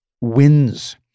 wins